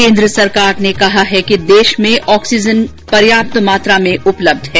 केन्द्र सरकार ने कहा है कि देश में ऑक्सीजन पर्याप्त मात्रा में उपलब्ध हैं